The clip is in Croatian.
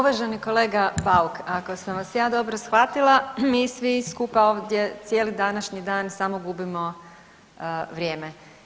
Uvaženi kolega Bauk, ako sam vas ja dobro shvatila mi svi skupa ovdje cijeli današnji dan samo gubimo vrijeme.